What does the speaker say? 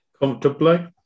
comfortably